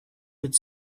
would